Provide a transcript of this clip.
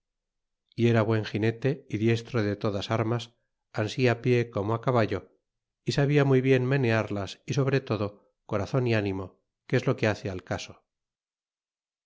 y era buen gp nete y diestro de todas armas ansi pie como a caballo y sabia muy bien menearlas y sobre todo corazon y animo que es lo que hace al caso